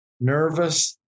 nervous